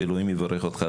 שאלוהים יברך אותך,